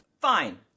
Fine